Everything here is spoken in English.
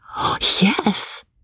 Yes